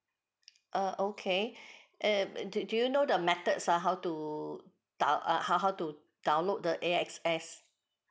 uh okay eh do do you know the methods ha how to down uh how how to download the A_X_S